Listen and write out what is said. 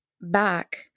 back